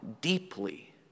deeply